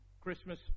Christmas